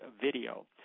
video